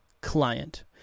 client